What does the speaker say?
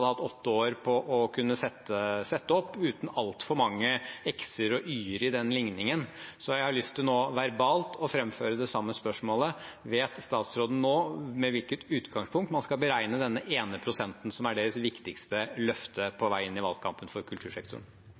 hatt åtte år på å sette opp uten altfor mange x-er og y-er i den ligningen. Så jeg har lyst til nå muntlig å framføre det samme spørsmålet: Vet statsråden nå med hvilket utgangspunkt man skal beregne denne ene prosenten, som er deres viktigste løfte på vei inn i valgkampen for kultursektoren?